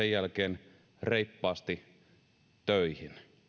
jälkeen reippaasti töihin